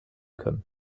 können